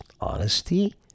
honesty